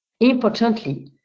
Importantly